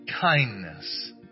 kindness